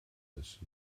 person